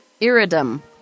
Iridum